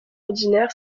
ordinaire